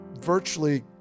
virtually